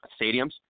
stadiums